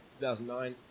2009